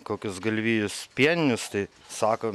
kokius galvijus pieninius tai sakom